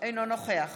אינו נוכח